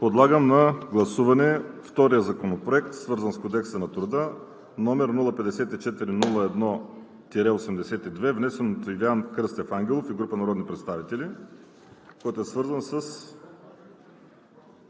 Подлагам на гласуване втория законопроект, свързан с Кодекса на труда, № 054-01-82, внесен от Юлиан Кръстев Ангелов и група народни представители, който е свързан с